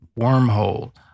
wormhole